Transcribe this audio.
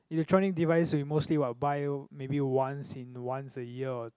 electronic device we mostly what buy maybe once in once a year or